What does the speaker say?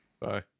Bye